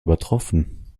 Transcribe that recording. übertroffen